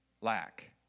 lack